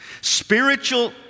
Spiritual